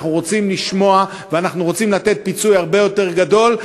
אנחנו רוצים לשמוע ואנחנו רוצים לתת פיצוי הרבה יותר גדול,